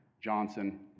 Johnson